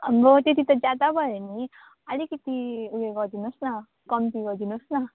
आम्माहौ त्यति त ज्यादा भयो नि अलिकति उयो गरिदिनुहोस् न कम्ती गरिदिनुहोस् न